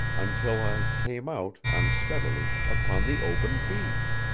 until i came out, unsteadily, upon the open beach.